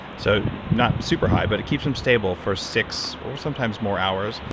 so not super-high, but it keeps them stable for six or sometimes more hours,